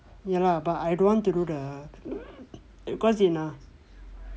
ya lah but I don't want to do the course என்ன:enna